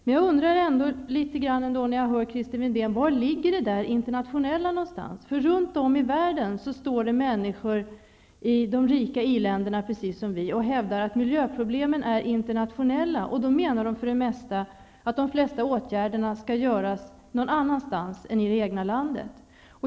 Men när jag hör Christer Windén undrar jag ändå litet grand: Var finns det där ''internationella'' någonstans? Runt om i världen står människor precis som vi i rika i-länder och hävdar att miljöproblemen är internationella. Då menar de för det mesta att de flesta åtgärderna skall vidtas någon annanstans än i det egna landet.